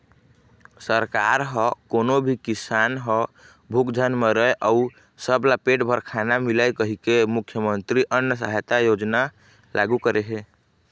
सरकार ह कोनो भी किसान ह भूख झन मरय अउ सबला पेट भर खाना मिलय कहिके मुख्यमंतरी अन्न सहायता योजना लागू करे हे